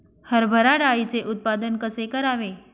हरभरा डाळीचे उत्पादन कसे करावे?